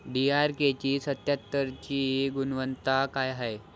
DRK सत्यात्तरची गुनवत्ता काय हाय?